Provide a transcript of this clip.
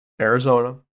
Arizona